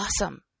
awesome